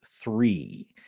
three